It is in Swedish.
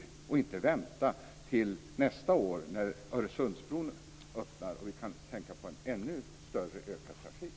Vi kan inte vänta till nästa år när Öresundsbron öppnar och vi får en ännu större trafik.